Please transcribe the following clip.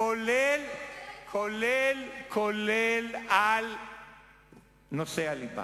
כולל על נושא הליבה,